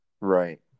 Right